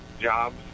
jobs